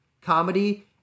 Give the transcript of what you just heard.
comedy